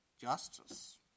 justice